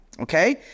Okay